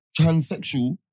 transsexual